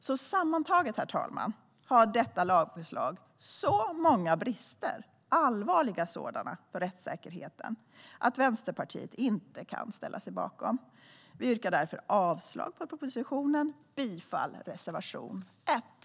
Sammantaget, herr talman, har detta lagförslag så många brister - allvarliga sådana för rättssäkerheten - att Vänsterpartiet inte kan ställa sig bakom det. Vi yrkar därför avslag på propositionen och bifall till reservation 1.